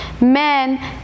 men